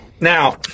now